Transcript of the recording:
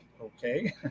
okay